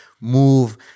move